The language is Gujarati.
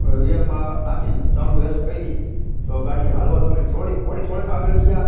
ગિયરમાં નાખી ને ચાલુ રેસ કરી તો ગાડી ચાલવા તો માંડી થોડી વળી થોડુંક આગળ ગયાં